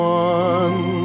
one